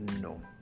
no